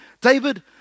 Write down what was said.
David